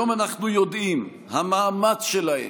היום אנחנו יודעים, המאמץ שלהם,